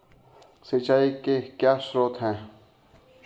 सिंचाई के क्या स्रोत हैं?